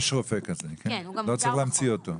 יש רופא כזה, לא צריך להמציא אותו.